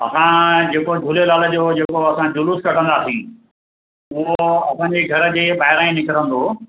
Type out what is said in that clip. असां जेको झूलेलाल जो जेको असां जुलूस कढंदासीं उहो असां जे घर जे ॿाहिरां ई निकिरंदो